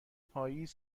پاییز